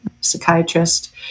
psychiatrist